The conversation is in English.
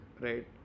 right